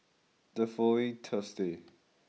the following Thursday